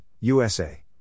USA